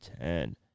ten